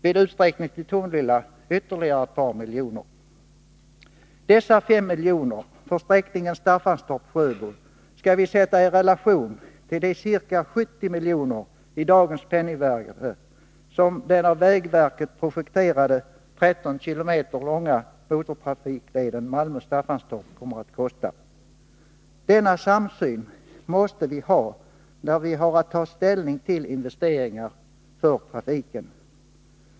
Vid utsträckning till Tomelilla tillkommer ytterligare ett par miljoner. Dessa 5 miljoner för sträckan Staffanstorp-Sjöbo skall vi sätta i relation till de ca 70 milj.kr. i dagens penningvärde som den av vägverket projekterade 13 km långa motortrafikleden Malmö-Staffanstorp kommer att kosta. Denna samsyn måste vi ha när vi har att ta ställning till investeringar för trafiken.